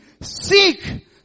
seek